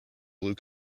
blue